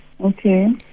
Okay